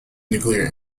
nuclear